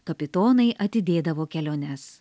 kapitonai atidėdavo keliones